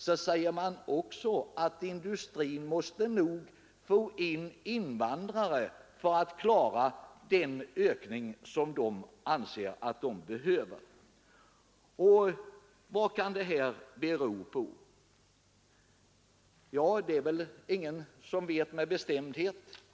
Det sägs då samtidigt att industrin nog måste ta emot invandrare för att kunna klara den ökning som förestår. Vad kan detta bero på? Ingen vet väl något med bestämdhet om orsakerna.